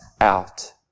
out